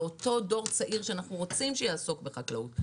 לדור צעיר שאנחנו רוצים שיעסוק בחקלאות,